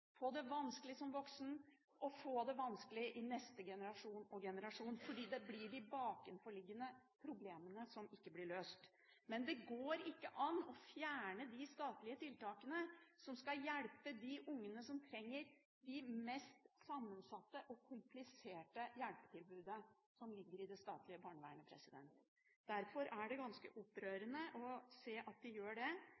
få det vanskelig som voksen – få det vanskelig i neste generasjon, og i neste generasjon – fordi det er de bakenforliggende problemene som ikke blir løst. Det går ikke an å fjerne de statlige tiltakene som skal hjelpe de ungene som trenger de mest sammensatte og kompliserte hjelpetilbudene som ligger i det statlige barnevernet. Derfor er det ganske